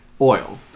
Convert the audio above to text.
oil